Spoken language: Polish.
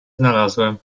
znalazłem